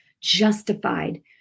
justified